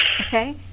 Okay